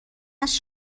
است